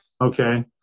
Okay